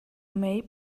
may